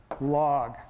log